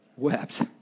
wept